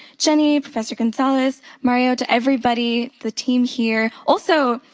jenny, professor gonzales, mario, to everybody, the team here. also,